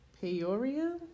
Peoria